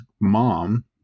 mom